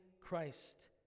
Christ